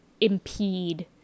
impede